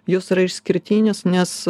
jos yra išskirtinės nes